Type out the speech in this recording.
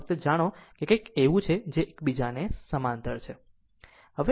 ફક્ત જાણો કે તે એવું કંઈક છે જે એકબીજાને સમાંતર છે